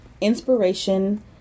Inspiration